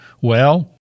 Well